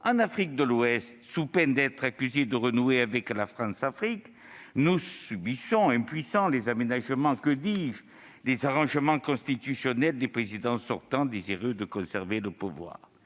En Afrique de l'Ouest, sous peine d'être accusés de renouer avec la Françafrique, nous subissons, impuissants, les aménagements- que dis-je, les arrangements constitutionnels -des présidents sortants désireux de conserver le pouvoir.